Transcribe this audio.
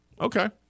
okay